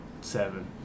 seven